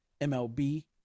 MLB